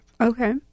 Okay